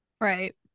right